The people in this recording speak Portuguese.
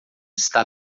está